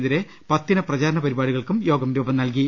നെതിരെ പത്തിന പ്രചാരണ പരിപാടികൾക്കും യോഗം രൂപംനൽകി